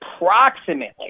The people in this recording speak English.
approximately